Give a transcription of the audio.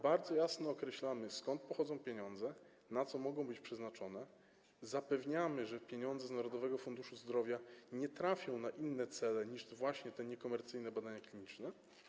Bardzo jasno określamy, skąd pochodzą pieniądze, na co mogą być przeznaczone, zapewniamy, że pieniądze z Narodowego Funduszu Zdrowia nie trafią na cele inne niż niekomercyjne badania kliniczne.